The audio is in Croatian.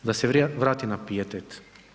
Da se vratim na pijetet.